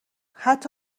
حتی